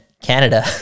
Canada